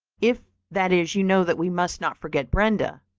if, that is, you know that we must not forget brenda.